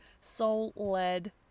soul-led